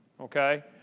okay